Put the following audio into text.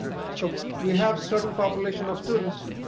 so we have certain population of students